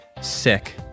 sick